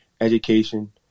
education